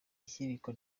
ihirikwa